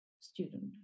student